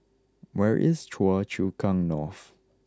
where is Choa Chu Kang North